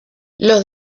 los